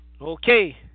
Okay